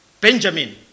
Benjamin